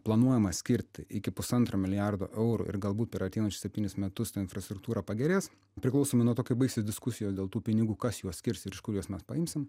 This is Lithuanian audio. planuojama skirt iki pusantro milijardo eurų ir galbūt per ateinančius septynis metus ta infrastruktūra pagerės priklausomai nuo to kaip baigsis diskusijos dėl tų pinigų kas juos skirs ir iš kur juos mes paimsim